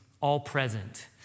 all-present